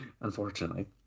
Unfortunately